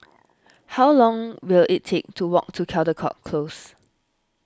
how long will it take to walk to Caldecott Close